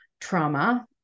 trauma